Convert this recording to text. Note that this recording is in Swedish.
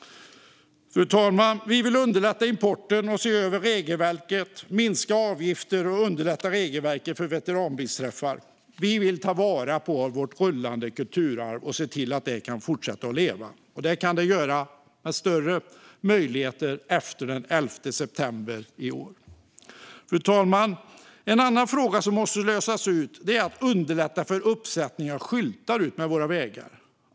Fru talman! Vi vill underlätta importen, se över regelverket, minska avgifterna och underlätta regelverket för veteranbilsträffar. Vi vill ta vara på vårt rullande kulturarv och se till det kan fortsätta leva. Det kan det göra med större möjligheter efter den 11 september i år. Fru talman! En annan fråga som måste lösas är att underlätta för uppsättning av skyltar utmed våra vägar.